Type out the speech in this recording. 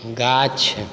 गाछ